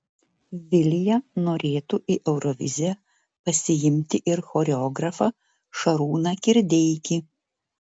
vilija norėtų į euroviziją pasiimti ir choreografą šarūną kirdeikį